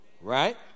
right